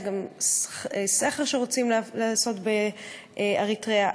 יש גם סכר שרוצים לעשות באריתריאה.